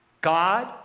God